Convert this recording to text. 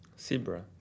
Zebra